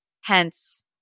Hence